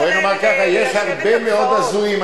סליחה, בואי נאמר ככה, יש הרבה מאוד הזויים.